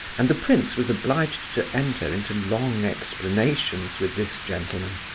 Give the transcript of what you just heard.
and the prince was obliged to enter into long explanations with this gentleman,